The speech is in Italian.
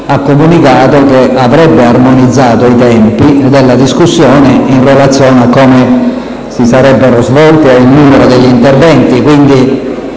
comunicato che avrebbe armonizzato i tempi della discussione in relazione al modo in cui si sarebbe svolta e al numero degli interventi.